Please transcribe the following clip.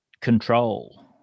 control